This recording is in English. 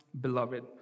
beloved